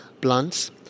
plants